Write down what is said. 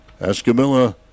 Escamilla